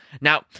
Now